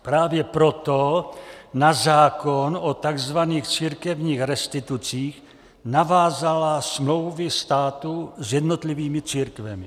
Právě proto na zákon o takzvaných církevních restitucích navázala smlouvy státu s jednotlivými církvemi.